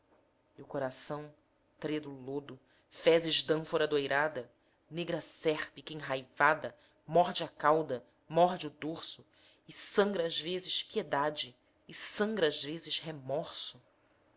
e o coração tredo lodo fezes d'ânfora doirada negra serpe que enraivada morde a cauda morde o dorso e sangra às vezes piedade e sangra às vezes remorso